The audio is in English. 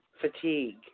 fatigue